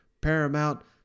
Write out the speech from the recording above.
paramount